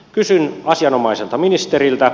kysyn asianomaiselta ministeriltä